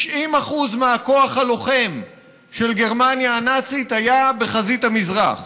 90% מהכוח הלוחם של גרמניה הנאצית היה בחזית המזרח.